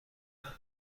نباشه